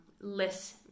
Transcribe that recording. less